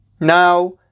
Now